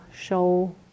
show